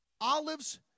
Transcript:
Olives